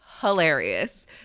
hilarious